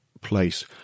place